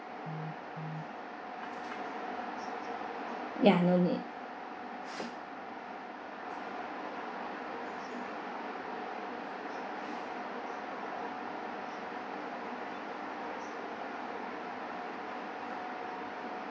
ya no need